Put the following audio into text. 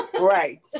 Right